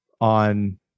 on